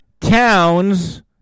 towns